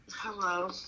Hello